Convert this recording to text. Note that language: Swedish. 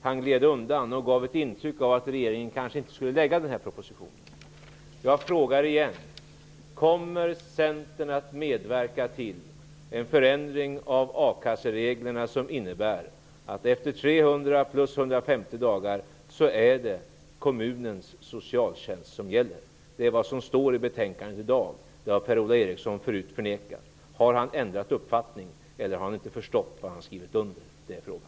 Han gled undan och gav ett intryck av att regeringen kanske inte skulle lägga fram denna proposition. Jag frågar igen: Kommer Centern att medverka till en förändring av a-kassereglerna som innebär att efter 300 plus 150 dagar är det kommununens socialtjänst som gäller? Det som står i dagens betänkande har Per-Ola Eriksson tidigare förnekat. Har han ändrat uppfattning, eller har han inte förstått vad det är som han har skrivit under? Det är frågan.